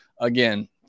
again –